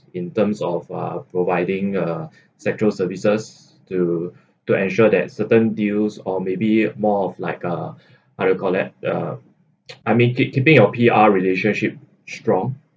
in terms of uh providing uh sexual services to to ensure that certain deals or maybe more of like uh what we call that uh I mean it keeping your P_R relationship strong